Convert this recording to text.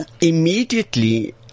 immediately